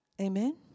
Amen